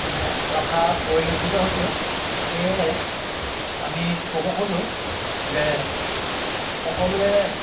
মানে ৰখা পৰিলক্ষিত হৈছে সেয়ে আমি ক'ব খোজোঁ যে সকলোৱে